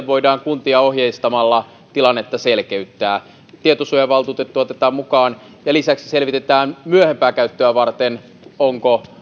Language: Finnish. voidaan kuntia ohjeistamalla tilannetta selkeyttää tietosuojavaltuutettu otetaan mukaan lisäksi selvitetään myöhempää käyttöä varten onko